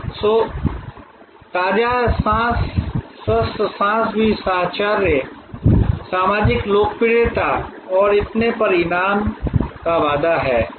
तो ताजा सांस स्वच्छ सांस भी साहचर्य सामाजिक लोकप्रियता और इतने पर इनाम का वादा है